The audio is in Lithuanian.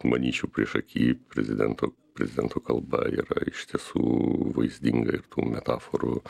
manyčiau priešaky prezidento prezidento kalba yra iš tiesų vaizdinga ir tų metaforų